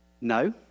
No